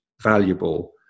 valuable